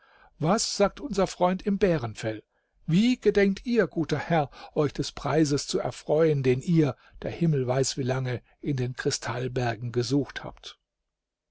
was sagt unser freund im bärenfell wie gedenkt ihr guter herr euch des preises zu erfreuen den ihr der himmel weiß wie lange in den kristall bergen gesucht habt